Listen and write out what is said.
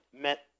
met